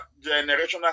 generational